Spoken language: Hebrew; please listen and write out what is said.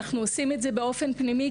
אנחנו עושים את זה באופן פנימי,